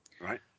Right